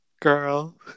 Girl